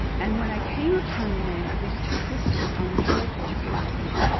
and when i came upon the name of these two sisters on the heritage panels,